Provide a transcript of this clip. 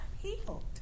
healed